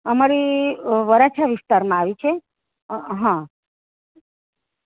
અમારી વરાછા વિસ્તારમાં આવેલી છે હા